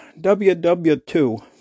WW2